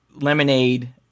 Lemonade